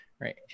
right